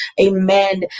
Amen